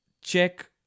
check